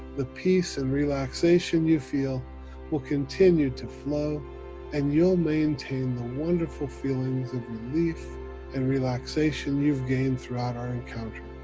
the peace and relaxation you feel will continue to flow and you'll maintain the wonderful feelings of relief and relaxation you've gained throughout our encounter.